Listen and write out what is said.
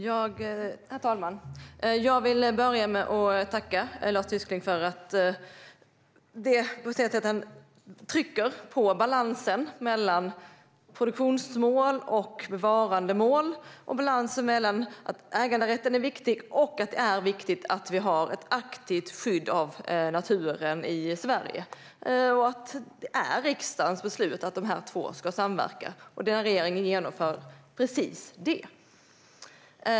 Herr talman! Jag vill börja med att tacka Lars Tysklind för det sätt han betonar balansen mellan produktionsmål och bevarandemål och balansen mellan att äganderätten är viktig och att det är viktigt att vi har ett aktivt skydd av naturen i Sverige. Det är riksdagens beslut att de två ska samverka, och regeringen genomför precis det.